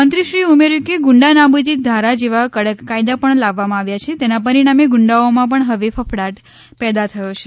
મંત્રીશ્રીએ ઉમેર્યું કે ગુંડા નાબુદી ધારા જેવા કડક કાયદા પણ લાવવામાં આવ્યા છે તેના પરિણામે ગુંડાઓમાં પણ હવે ફફડાટ પેદા થયો છે